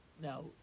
Now